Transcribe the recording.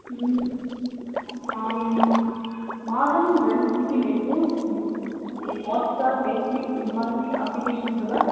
ம் மாதம் ரெண்டு ஜிபி நெட்டும் ஹாட்ஸ்டார் நெட்ஃப்ளிக்ஸ் இந்த மாதிரி அப்ளிகேஷன்ஸ் எல்லாம்